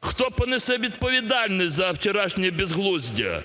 Хто понесе відповідальність за вчорашнє безглуздя?